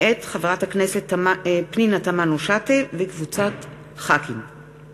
מאת חברי הכנסת ישראל חסון וחיים כץ,